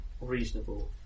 reasonable